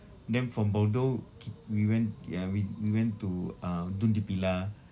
then from bordeaux kit~ we went ya we went to uh dune du pilat